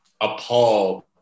appalled